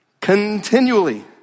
continually